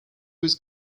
was